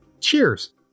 Cheers